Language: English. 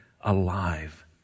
alive